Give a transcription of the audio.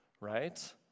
right